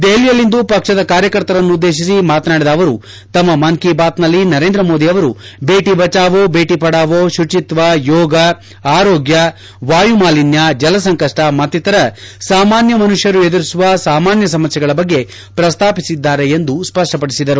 ದೆಹಲಿಯಲ್ಲಿಂದು ಪಕ್ಷದ ಕಾರ್ಯಕರ್ತರನ್ನು ಉದ್ದೇಶಿಸಿ ಮಾತನಾಡಿದ ಅವರು ತಮ್ಮ ಮನ್ ಕಿ ಬಾತ್ನಲ್ಲಿ ನರೇಂದ್ರ ಮೋದಿ ಅವರು ಭೇಟಿ ಬಚಾವೋ ಭೇಟಿ ಪಢಾವೋ ಶುಚಿತ್ವ ಯೋಗ ಆರೋಗ್ಯ ವಾಯುಮಾಲಿನ್ಯ ಜಲಸಂಕಷ್ಟ ಮತ್ತಿತರ ಸಾಮಾನ್ಯ ಮನುಷ್ಕರು ಎದುರಿಸುವ ಸಾಮಾನ್ಯ ಸಮಸ್ಕೆಗಳ ಬಗ್ಗೆ ಪ್ರಸ್ತಾಪಿಸಿದ್ದಾರೆ ಎಂದು ಸ್ಪಷ್ಣಪಡಿಸಿದರು